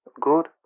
good